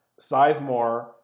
sizemore